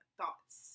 thoughts